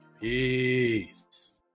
Peace